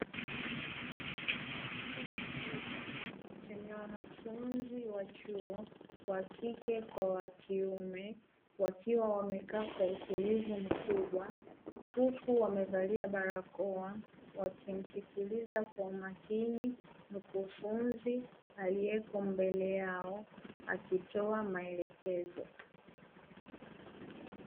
Chumba kikubwa chenye wanafunzi wa chuo wa kike kwa wa kiume, wakiwa wamekaa kwa utulivu mkubwa, huku wamevalia barakoa wakimsikiliza kwa umakini mkufunzi aliyeko mbele yao akitoa maelekezo.